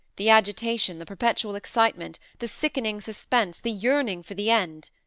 the agitation the perpetual excitement the sickening suspense the yearning for the end.